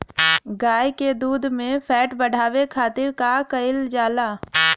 गाय के दूध में फैट बढ़ावे खातिर का कइल जाला?